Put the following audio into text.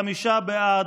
חמישה בעד.